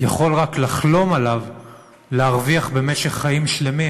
יכול רק לחלום להרוויח במשך חיים שלמים,